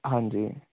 ਹਾਂਜੀ